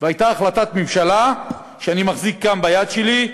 הייתה החלטת ממשלה, שאני מחזיק כאן, ביד שלי,